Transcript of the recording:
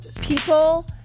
people